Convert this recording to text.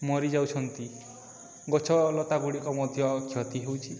ମରିଯାଉଛନ୍ତି ଗଛ ଲତା ଗୁଡ଼ିକ ମଧ୍ୟ କ୍ଷତି ହେଉଛି